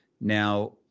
Now